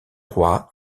roi